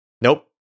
nope